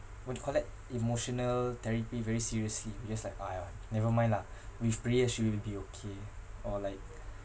what do you call that emotional therapy very seriously we just like !aiya! never mind lah with prayer she will be okay or like